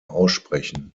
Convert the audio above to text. aussprechen